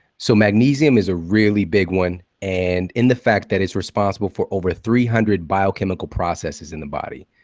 so magnesium is a really big one and in the fact that it's responsible for over three hundred biochemical processes in the body.